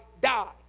die